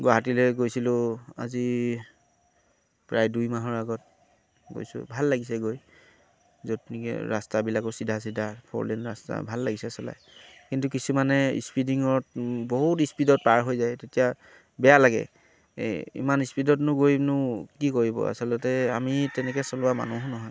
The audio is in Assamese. গুৱাহাটীলৈ গৈছিলোঁ আজি প্ৰায় দুই মাহৰ আগত গৈছোঁ ভাল লাগিছে গৈ য'ত নেকি ৰাস্তাবিলাকো চিধা চিধা ফ'ৰ লেন ৰাস্তা ভাল লাগিছে চলাই কিন্তু কিছুমানে স্পিডিঙত বহুত স্পীডত পাৰ হৈ যায় তেতিয়া বেয়া লাগে ইমান স্পীডতো গৈনো কি কৰিব আচলতে আমি তেনেকে চলোৱা মানুহো নহয়